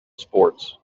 sports